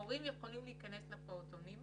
להזכיר לך אדוני היושב